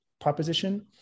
proposition